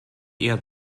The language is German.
eher